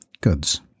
goods